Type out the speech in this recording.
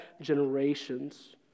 generations